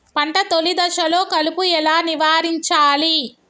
పంట తొలి దశలో కలుపు ఎలా నివారించాలి?